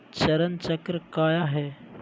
चरण चक्र काया है?